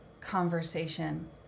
conversation